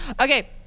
Okay